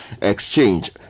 exchange